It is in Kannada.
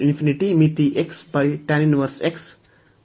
ಆದ್ದರಿಂದ ಮಿತಿ